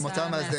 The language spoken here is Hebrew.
המועצה המהסדרת.